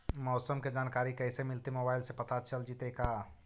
मौसम के जानकारी कैसे मिलतै मोबाईल से पता चल जितै का?